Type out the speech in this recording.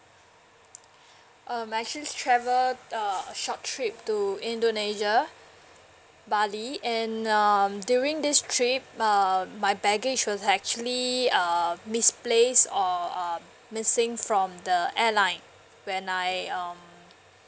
um I actually travelled uh a short trip to indonesia bali and um during this trip um my baggage was actually err misplaced or um missing from the airline when I um